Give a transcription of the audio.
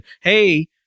hey